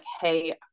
Hey